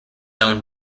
own